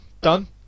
Done